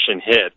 hit